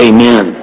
Amen